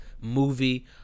movie